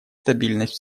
стабильность